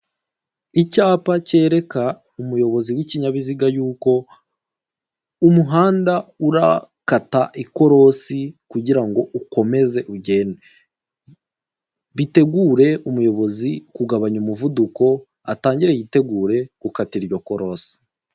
Icyapa kereka umuyobozi w'ikinyabiziga yuko umuhanda urakata ikorosi kugira ngo ukomeze ugende bitegure umuyobozi kugabanya umuvuduko atangire yitegure gukatira iryo korosi.